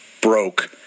broke